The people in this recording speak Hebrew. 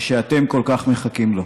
ואתם כל כך מחכים לו.